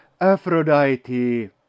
Aphrodite